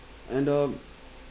and um